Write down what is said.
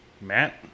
Matt